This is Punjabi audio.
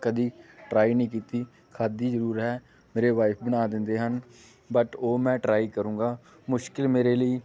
ਕਦੀ ਟਰਾਈ ਨਹੀਂ ਕੀਤੀ ਖਾਧੀ ਜ਼ਰੂਰ ਹੈ ਮੇਰੇ ਵਾਈਫ ਬਣਾ ਦਿੰਦੇ ਹਨ ਬਟ ਉਹ ਮੈਂ ਟਰਾਈ ਕਰੂੰਗਾ ਮੁਸ਼ਕਿਲ ਮੇਰੇ ਲਈ